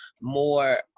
more